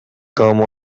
come